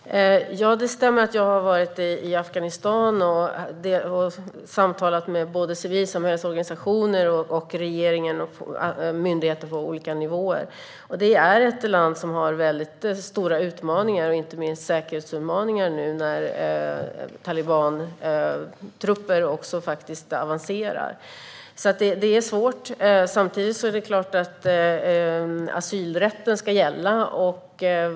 Herr talman! Ja, det stämmer att jag har varit i Afghanistan och samtalat med civilsamhällesorganisationer, regeringen och myndigheter på olika nivåer. Det är ett land som har väldigt stora utmaningar, inte minst säkerhetsutmaningar nu när talibantrupper faktiskt avancerar. Det är svårt. Samtidigt är det klart att asylrätten ska gälla.